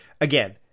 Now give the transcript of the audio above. again